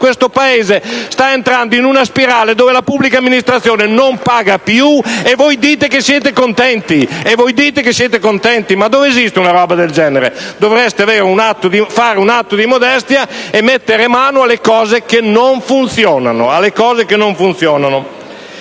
e il Paese sta entrando in una spirale dove la pubblica amministrazione non paga più. E voi dite che siete contenti? Ma dove esiste una roba del genere? Dovreste fare un atto di modestia e mettere mano alle cose che non funzionano.